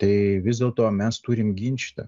tai vis dėlto mes turim gint šitą